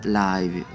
live